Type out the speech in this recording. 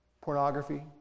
Pornography